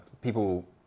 people